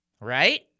right